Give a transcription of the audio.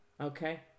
Okay